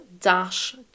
dash